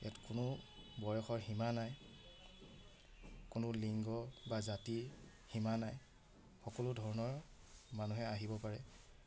ইয়াত কোনো বয়সৰ সীমা নাই কোনো লিংগ বা জাতি সীমা নাই সকলো ধৰণৰ মানুহে আহিব পাৰে